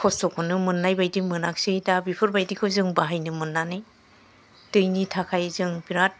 खस्थ'खौनो मोननाय बादि मोनासै दा बेफोर बायदिखौ जों बाहायनो मोन्नानै दैनि थाखाय जों बेराथ